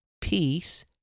peace